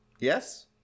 Yes